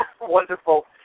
wonderful –